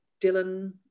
Dylan